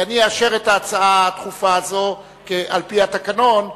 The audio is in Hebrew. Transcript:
כי אני אאשר את ההצעה הדחופה הזאת על-פי התקנון,